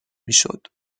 میشد